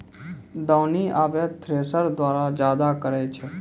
दौनी आबे थ्रेसर द्वारा जादा करै छै